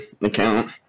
account